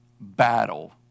battle